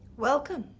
welcome!